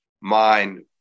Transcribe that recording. mind